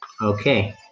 Okay